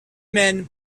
men